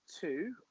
two